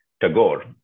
Tagore